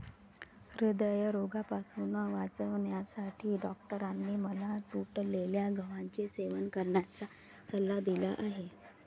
हृदयरोगापासून वाचण्यासाठी डॉक्टरांनी मला तुटलेल्या गव्हाचे सेवन करण्याचा सल्ला दिला आहे